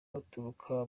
baturuka